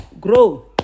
grow